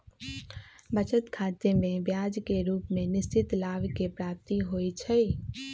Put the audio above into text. बचत खतामें ब्याज के रूप में निश्चित लाभ के प्राप्ति होइ छइ